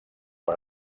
per